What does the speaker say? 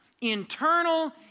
internal